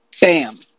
bam